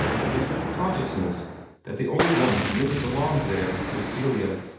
it was with a consciousness that the only one who really belonged there was celia.